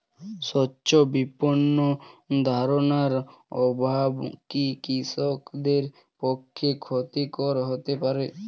স্বচ্ছ বিপণন ধারণার অভাব কি কৃষকদের পক্ষে ক্ষতিকর হতে পারে?